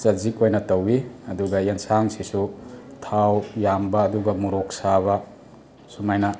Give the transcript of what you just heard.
ꯆꯖꯤꯛ ꯑꯣꯏꯅ ꯇꯧꯏ ꯑꯗꯨꯒ ꯌꯦꯟꯁꯥꯡꯁꯤꯁꯨ ꯊꯥꯎ ꯌꯥꯝꯕ ꯑꯗꯨꯒ ꯃꯣꯔꯣꯛ ꯁꯥꯕ ꯁꯨꯃꯥꯏꯅ